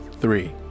Three